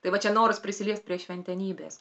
tai va čia noras prisiliest prie šventenybės